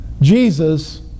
Jesus